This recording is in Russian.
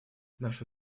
наши